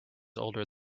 older